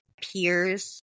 peers